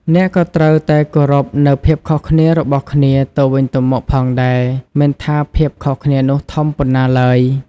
អ្នកក៏ត្រូវតែគោរពនូវភាពខុសគ្នារបស់គ្នាទៅវិញទៅមកផងដែរ មិនថាភាពខុសគ្នានោះធំប៉ុណ្ណាឡើយ។